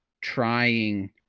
trying